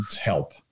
help